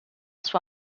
sua